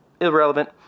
irrelevant